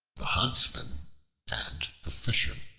the huntsman and the fisherman